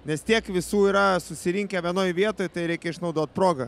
nes tiek visų yra susirinkę vienoj vietoj tai reikia išnaudot progą